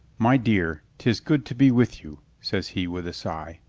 my dear, tis good to be with you, says he with a sigh.